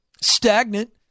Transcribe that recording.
stagnant